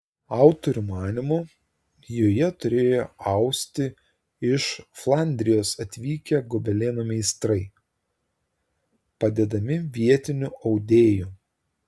autorių manymu joje turėjo austi iš flandrijos atvykę gobeleno meistrai padedami vietinių audėjų